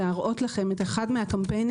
להראות לכם את אחד מהקמפיינים,